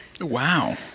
Wow